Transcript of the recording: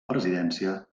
presidència